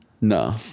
No